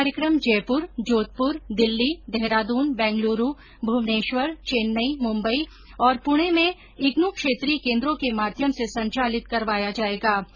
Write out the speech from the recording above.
यह कार्यक्रम जयपुर जोधपुर दिल्ली देहरादून बैंगलूरू भुवनेश्वर चैन्नई मुंबई और प्रणे में इग्नू क्षेत्रीय केन्द्रों के माध्यम से संचालित करवाया जाएगा